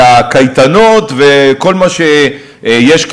הקייטנות וכל מה שיש,